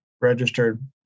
registered